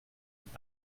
mit